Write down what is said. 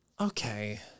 Okay